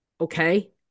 Okay